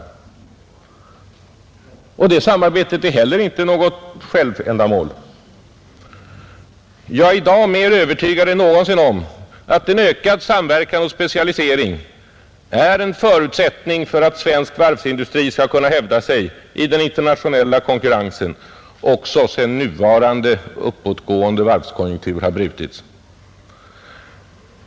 Och det samarbetet är heller inte något självändamål. Jag är i dag mer övertygad än någonsin om att en ökad samverkan och specialisering är en förutsättning för att svensk varvsindustri skall kunna hävda sig i den internationella konkurrensen också sedan nuvarande uppåtgående varvskonjunktur har brutits.